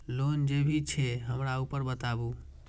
Loan जे भी छे हमरा ऊपर बताबू?